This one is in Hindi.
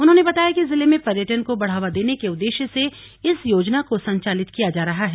उन्होंने बताया कि जिले में पर्यटन को बढ़ावा देने के उद्देश्य से इस योजना को संचालित किया जा रहा है